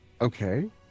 Okay